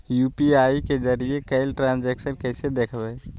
UPI के जरिए कैल ट्रांजेक्शन कैसे देखबै?